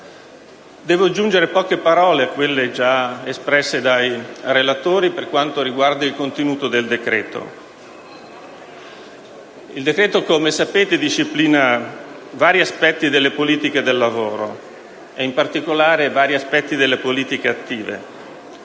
Devo aggiungere poche parole a quelle gia espresse dai relatori per quanto riguarda il contenuto del decreto-legge. Come i colleghi sanno, esso disciplina vari aspetti delle politiche del lavoro, e in particolare delle politiche attive: